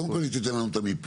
קודם כל היא תיתן לנו את המיפוי,